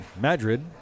Madrid